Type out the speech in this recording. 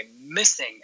missing